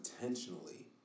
intentionally